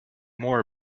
more